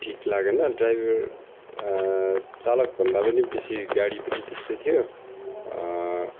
ठिक लागेन ड्राइभर चालक भन्दा पनि बेसी गाडी पनि त्यस्तै थियो